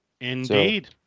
Indeed